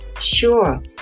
Sure